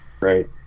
right